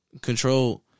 Control